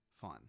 fun